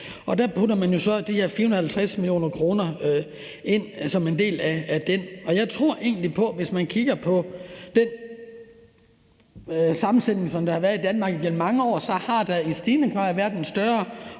Der putter man jo så de her 450 mio. kr. ind som en del af det, og jeg tror egentlig på, at hvis man kigger på den sammensætning, der har været i Danmark igennem mange år, har der i stigende grad været en større